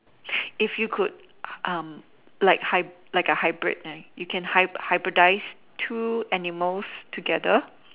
if you could um like hyb~ like a hybrid eh you could hyb~ hybridise two animals together